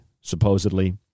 supposedly